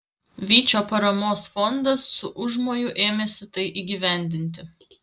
vyčio paramos fondas su užmoju ėmėsi tai įgyvendinti